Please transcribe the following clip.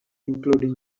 including